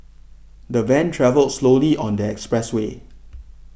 the van travelled slowly on the expressway